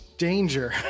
danger